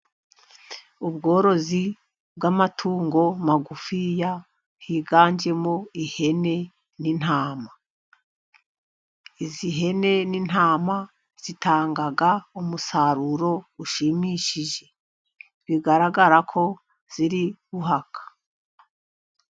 Ubworozi bw'amatungo magufiya higanjemo ihene n'intama, izi hene n'intama zitanga umusaruro ushimishije, bigaragara ko ziri guhaka.